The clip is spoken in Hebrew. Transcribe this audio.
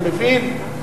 אני מבין,